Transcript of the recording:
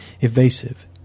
evasive